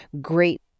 great